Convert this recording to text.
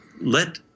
let –